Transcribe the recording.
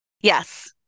Yes